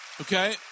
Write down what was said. Okay